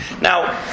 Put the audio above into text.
Now